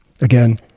Again